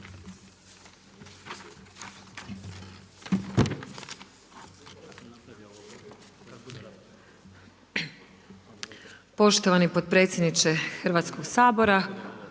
Poštovani potpredsjedniče Hrvatskog sabora.